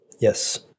Yes